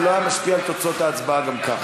זה לא היה משפיע על תוצאות ההצבעה גם כך.